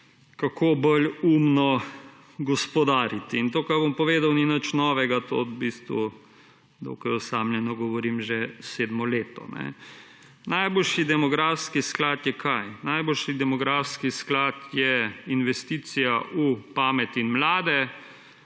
kako bolj umno gospodariti. In to, kar bom povedal ni nič novega, to v bistvu dokaj osamljeno govorim že sedmo leto. Najboljši demografski sklad je – kaj? – najboljši demografski sklad je investicija v pamet in mlade,